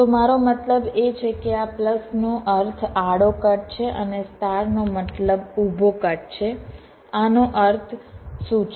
તો મારો મતલબ એ છે કે આ પ્લસનો અર્થ આડો કટ છે અને સ્ટારનો મતલબ ઊભો કટ છે આનો અર્થ શું છે